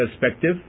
perspective